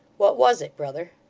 what was it, brother